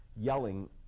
Yelling